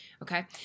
Okay